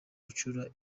gucura